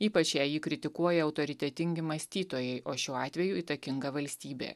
ypač jei jį kritikuoja autoritetingi mąstytojai o šiuo atveju įtakinga valstybė